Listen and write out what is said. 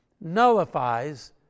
nullifies